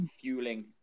fueling